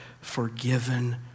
forgiven